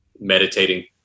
meditating